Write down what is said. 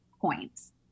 points